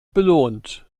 belohnt